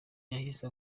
yahise